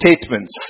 statements